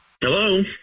Hello